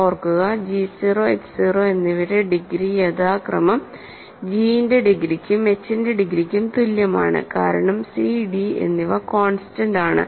ഓർക്കുക g 0 h 0 എന്നിവയുടെ degree യഥാക്രമം g ന്റെ ഡിഗ്രിക്കും h ന്റെ ഡിഗ്രിക്കും തുല്യമാണ് കാരണം c d എന്നിവ കോൺസ്റ്റന്റ് ആണ്